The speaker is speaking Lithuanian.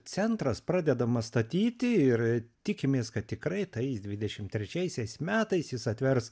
centras pradedamas statyti ir tikimės kad tikrai tais dvidešim trečiaisiais metais jis atvers